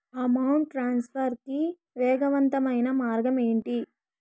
amount transfer కి వేగవంతమైన మార్గం ఏంటి